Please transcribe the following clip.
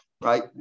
Right